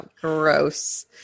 gross